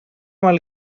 mal